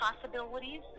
possibilities